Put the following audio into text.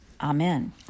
Amen